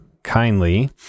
kindly